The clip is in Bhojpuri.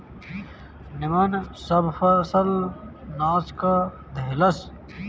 निमन सब फसल नाश क देहलस